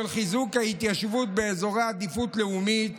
חיזוק ההתיישבות באזורי עדיפות לאומית,